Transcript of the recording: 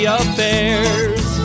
affairs